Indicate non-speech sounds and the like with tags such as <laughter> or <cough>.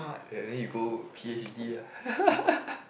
th~ then you go p_h_d lah <laughs>